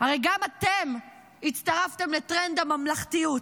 הרי גם אתם הצטרפתם לטרנד הממלכתיות,